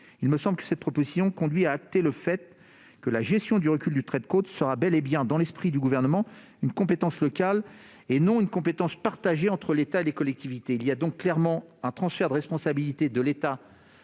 Il me semble que cette proposition conduit à acter le fait que la gestion du recul du trait de côte sera bel et bien, dans l'esprit du Gouvernement, une compétence locale et non une compétence partagée entre l'État et les collectivités. Cela revient clairement à opérer un transfert de responsabilité de l'État